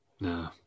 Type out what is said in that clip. No